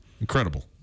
Incredible